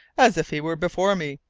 as if he were before me.